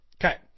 Okay